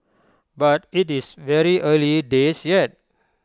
but IT is very early days yet